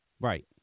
Right